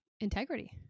integrity